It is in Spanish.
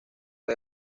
fue